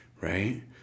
right